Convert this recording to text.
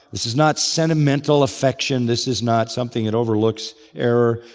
this is not sentimental affection, this is not something that overlooks error,